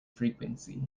frequency